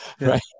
right